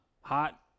hot